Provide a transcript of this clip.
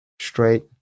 straight